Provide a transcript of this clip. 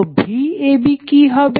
তো VAB কি হবে